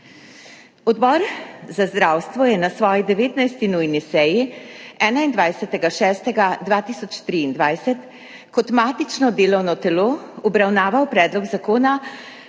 Odbor za zdravstvo je na svoji 19. nujni seji 21. 6. 2023 kot matično delovno telo obravnaval Predlog zakona